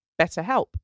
BetterHelp